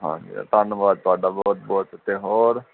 ਹਾਂਜੀ ਧੰਨਵਾਦ ਤੁਹਾਡਾ ਬਹੁਤ ਬਹੁਤ ਅਤੇ ਹੋਰ